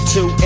Two